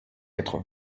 quatre